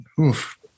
Oof